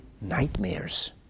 nightmares